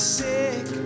sick